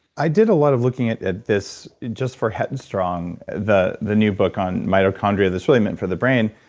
i did a lot of looking at at this just for head and strong, the the new book on mitochondria that's really meant for the brain,